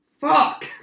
Fuck